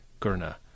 Gurna